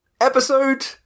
episode